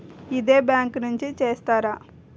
ఇదే బ్యాంక్ నుంచి చేస్తారా?